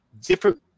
different